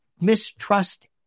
mistrust